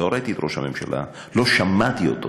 לא ראיתי את ראש הממשלה, לא שמעתי אותו,